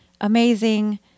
amazing